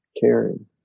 caring